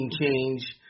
change